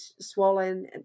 swollen